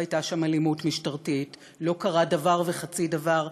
לא הייתה שם אלימות משטרתית, לא קרה דבר וחצי דבר.